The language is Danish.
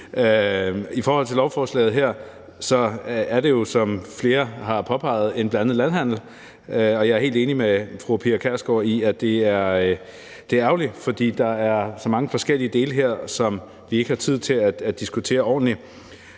I forhold til lovforslaget her er det jo, som flere har påpeget, en blandet landhandel. Jeg er helt enig med fru Pia Kjærsgaard i, at det er ærgerligt, for der er så mange forskellige dele i det, som vi ikke har tid til at diskutere ordentligt.